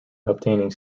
obtaining